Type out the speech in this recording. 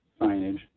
signage